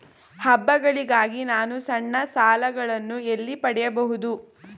ಹಬ್ಬಗಳಿಗಾಗಿ ನಾನು ಸಣ್ಣ ಸಾಲಗಳನ್ನು ಎಲ್ಲಿ ಪಡೆಯಬಹುದು?